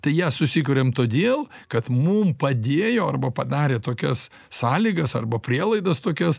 tai ją susikuriam todėl kad mum padėjo arba padarė tokias sąlygas arba prielaidas tokias